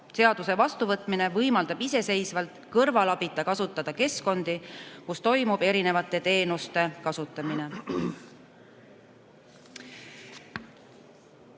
Seaduse vastuvõtmine võimaldab iseseisvalt, kõrvalabita kasutada keskkondi, kus toimub erinevate teenuste kasutamine.